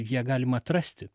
ją galima atrasti